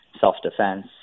self-defense